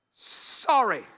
sorry